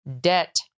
Debt